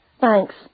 thanks